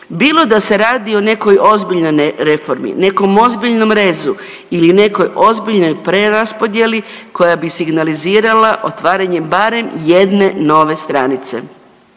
Bilo da se radi o nekoj ozbiljnoj reformi, nekom ozbiljnom rezu ili nekoj ozbiljnoj preraspodjeli koja bi signalizirala otvaranjem barem jedne nove stranice.